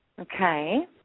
Okay